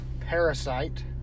Parasite